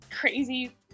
crazy